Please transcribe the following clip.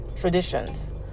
traditions